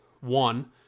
One